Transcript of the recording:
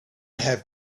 have